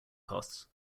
costs